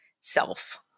self